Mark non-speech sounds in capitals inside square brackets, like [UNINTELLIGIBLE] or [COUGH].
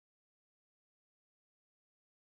[UNINTELLIGIBLE]